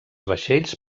vaixells